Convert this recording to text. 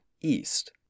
EAST